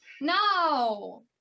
No